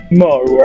more